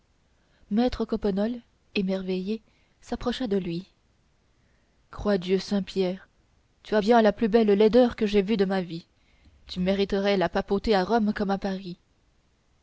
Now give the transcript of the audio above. maître coppenole émerveillé s'approcha de lui croix dieu saint-père tu as bien la plus belle laideur que j'aie vue de ma vie tu mériterais la papauté à rome comme à paris